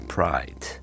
Pride